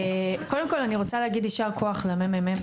קודם כל, אני רוצה להגיד ישר כוח לממ"מ.